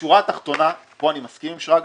השורה התחתונה פה אני מסכים עם שרגא